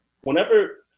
whenever